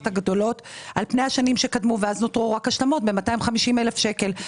הגדולות על פני השנים שקדמו ואז נותרו רק השלמות ב-250,000 שקלים.